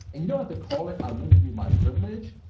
and you don't have to call it i'm lending you my privilege,